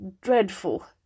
dreadful